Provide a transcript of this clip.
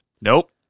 Nope